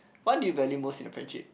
what do you value most in a friendship